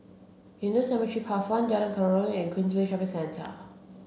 Hindu Cemetery Path one Jalan Kerayong and Queensway Shopping Centre